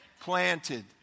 planted